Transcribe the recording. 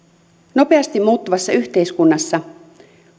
nopeasti muuttuvassa yhteiskunnassa